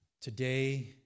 Today